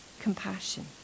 compassion